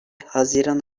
haziran